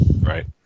right